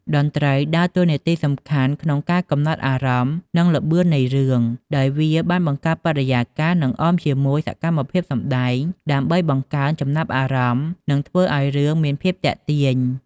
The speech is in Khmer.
តន្ត្រីដើរតួនាទីសំខាន់ក្នុងការកំណត់អារម្មណ៍ និងល្បឿននៃរឿង ដោយវាបានបង្កើតបរិយាកាស និងអមជាមួយសកម្មភាពសម្តែង ដើម្បីបង្កើនចំណាប់អារម្មណ៍ និងធ្វើឲ្យរឿងមានភាពទាក់ទាញ។